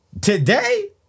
Today